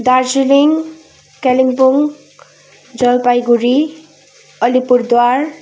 Darjeeling Kalimpong Jalpaiguri Alipurduar